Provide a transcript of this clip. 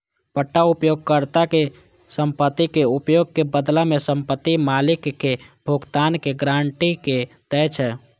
पट्टा उपयोगकर्ता कें संपत्तिक उपयोग के बदला मे संपत्ति मालिक कें भुगतान के गारंटी दै छै